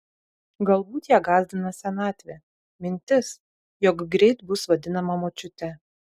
galbūt ją gąsdina senatvė mintis jog greit bus vadinama močiute